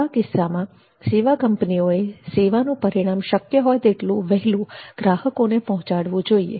આવા કિસ્સામાં સેવા કંપનીઓએ સેવાનું પરિણામ શક્ય હોય તેટલું વહેલું ગ્રાહકોને પહોંચાડવુ જોઈએ